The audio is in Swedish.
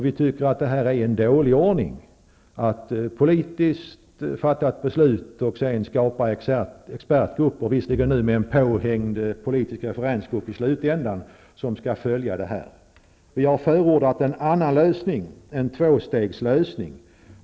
Vi anser att det är en dålig ordning att politiskt fatta ett beslut och sedan skapa expertgrupper, visserligen nu med en påhängd politisk referensgrupp i slutändan, som skall följa detta. Vi har förordat en annan lösning -- en tvåstegslösning.